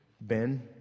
Ben